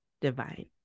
divine